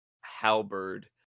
halberd